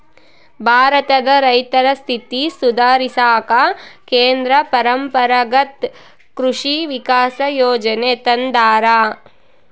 ಭಾರತದ ರೈತರ ಸ್ಥಿತಿ ಸುಧಾರಿಸಾಕ ಕೇಂದ್ರ ಪರಂಪರಾಗತ್ ಕೃಷಿ ವಿಕಾಸ ಯೋಜನೆ ತಂದಾರ